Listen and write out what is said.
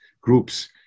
groups